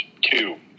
two